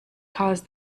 caused